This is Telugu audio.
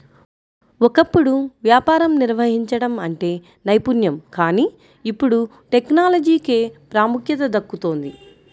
ఒకప్పుడు వ్యాపారం నిర్వహించడం అంటే నైపుణ్యం కానీ ఇప్పుడు టెక్నాలజీకే ప్రాముఖ్యత దక్కుతోంది